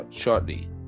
shortly